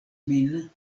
min